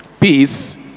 Peace